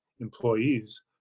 employees